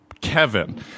Kevin